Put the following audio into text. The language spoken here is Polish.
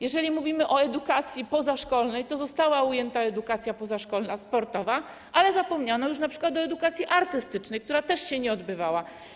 Jeżeli mówimy o edukacji pozaszkolnej, to została ujęta edukacja pozaszkolna sportowa, ale zapomniano już np. o edukacji artystycznej, która też się nie odbywała.